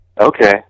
Okay